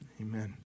Amen